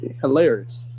hilarious